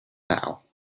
now